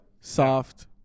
Soft